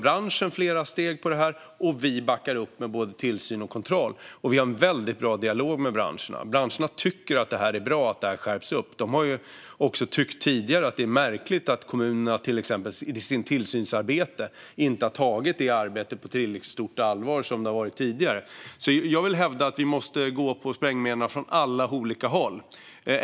Branschen tar flera steg i detta, och vi backar upp med tillsyn och kontroll. Vi har en väldigt bra dialog med branschen. Branschen tycker att det är bra att reglerna skärps. Den har tidigare tyckt att det är märkligt att kommunerna inte tidigare, till exempel i sitt tillsynsarbete, har tagit det arbetet på tillräckligt stort allvar. Jag vill hävda att vi måste gå på sprängmedlen från alla olika håll.